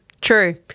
True